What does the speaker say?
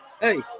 hey